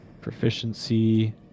Proficiency